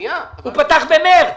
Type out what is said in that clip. הוא פתח במרץ.